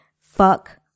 fuck